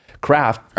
Craft